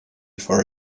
for